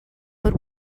but